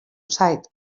zait